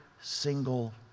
single